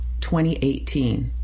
2018